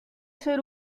ser